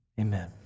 Amen